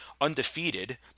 undefeated